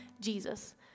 Jesus